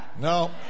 No